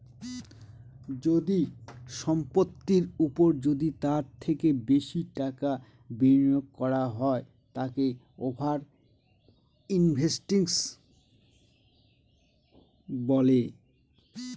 যদি সম্পত্তির ওপর যদি তার থেকে বেশি টাকা বিনিয়োগ করা হয় তাকে ওভার ইনভেস্টিং বলে